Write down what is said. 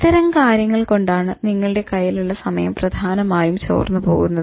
ഇത്തരം കാര്യങ്ങൾ കൊണ്ടാണ് നിങ്ങളുടെ കയ്യിലുള്ള സമയം പ്രധാനമായും ചോർന്ന് പോകുന്നത്